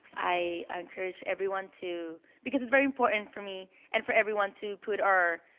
i encourage everyone to because it's very important for me and for everyone to put our